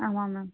ஆமாம் மேம்